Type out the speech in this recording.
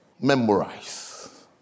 Memorize